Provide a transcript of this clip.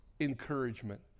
encouragement